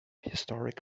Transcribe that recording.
historic